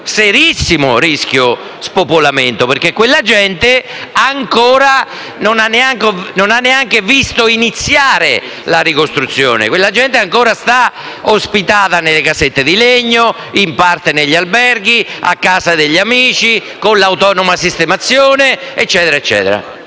serissimo rischio di spopolamento. Quella gente ancora non ha visto iniziare la ricostruzione. Quella gente ancora è ospitata nelle casette di legno, in parte negli alberghi, a casa degli amici o con l'autonoma sistemazione. Qual